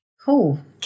Cool